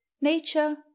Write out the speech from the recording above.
Nature